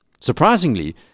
Surprisingly